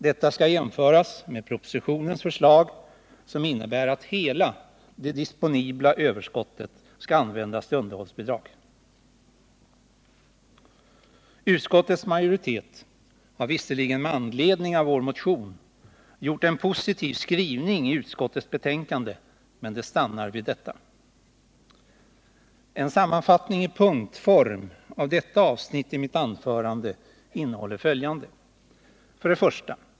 Detta skall jämföras med propositionens förslag som innebär att hela det disponibla överskottet skall användas till underhållsbidrag. Utskottets majoritet har visserligen med anledning av vår motion gjort en positiv skrivning i utskottets betänkande, men det stannar vid detta. En sammanfattning i punktform av detta avsnitt i mitt anförande innehåller följande: 1.